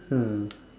hmm